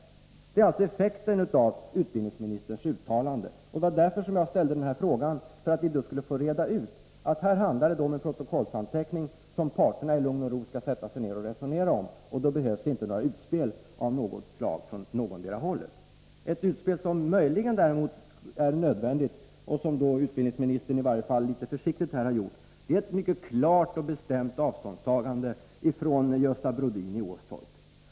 Detta är effekten av utbildningsministerns uttalanden. Jag ställde frågan för att vi skulle få reda ut att det handlar om en protokollsanteckning, som parterna i lugn och ro skall sätta sig ned och resonera om. Då behövs det inte utspel av något slag från någotdera hållet. Ett utspel som däremot möjligen är nödvändigt, och som utbildningsministern litet försiktigt har gjort, är ett mycket klart och bestämt avståndstagande från Gösta Brodin i Åstorp.